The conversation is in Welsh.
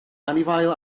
anifail